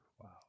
Wow